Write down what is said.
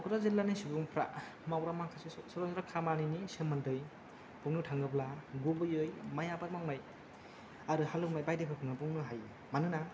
क'क्राझार जिल्लानि सुबुंफ्रा मावग्रा माखासे सरासनस्रा खामानिनि सोमोन्दै बुंनो थाङोब्ला गुबैयै माइ आबाद मावनाय आरो हाल एवनाय बायदिफोरखौनो बुंनो हायो मानोना